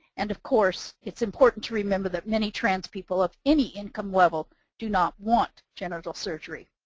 and of course, it's important to remember that many trans people of any income level do not want genital surgery.